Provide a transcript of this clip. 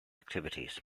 activities